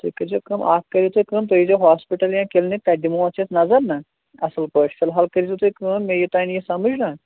تُہۍ کٔرۍ زیٚو کٲم اَکھ کٔرِو تُہۍ کٲم تُہۍ ییٖزیٚو ہاسپِٹَل یا کِلنِک تَتہِ دِمو اَتھ یَتھ نظر نا اَصٕل پٲٹھۍ فِلحال کٔرۍ زیٚو تُہۍ کٲم مےٚ یوتانۍ یہِ سَمٕجھ نا